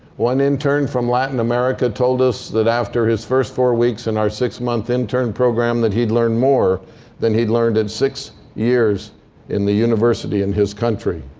one intern from latin america told us that after his first four weeks in our six-month intern program that he'd learned more than he'd learned in six years in the university in his country.